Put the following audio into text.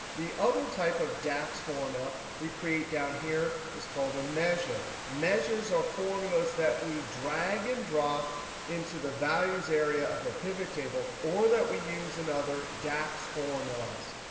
the other type of dax formula we create down here is called a measure. measures are formulas that we drag and drop into the values area of a pivot table, or that we use and another dax formulas.